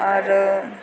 आओर